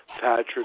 Patrick